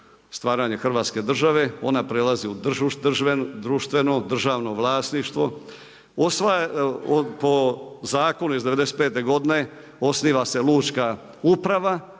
stvaranje Hrvatske države, ona prelazi u društveno, državno vlasništvo. Po zakonu iz '95. godine osniva se Lučka uprava